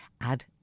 add